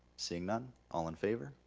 seeing none, all in favor?